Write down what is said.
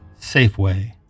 Safeway